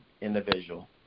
individual